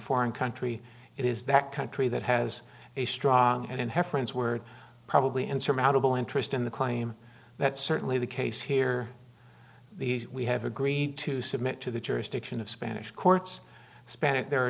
foreign country it is that country that has a strong and her friends were probably insurmountable interest in the claim that's certainly the case here the we have agreed to submit to the jurisdiction of spanish courts spanish there are